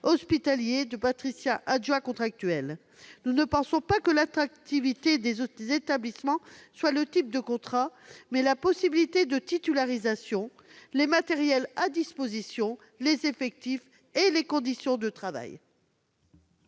hospitalier ou de praticien adjoint contractuel. Nous pensons que l'attractivité des établissements est liée non pas au type de contrat, mais à la possibilité de titularisation, aux matériels à disposition, aux effectifs et aux conditions de travail.